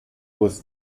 was